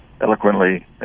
eloquently